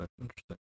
interesting